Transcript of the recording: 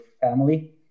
family